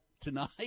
tonight